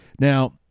Now